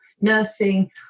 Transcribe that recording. nursing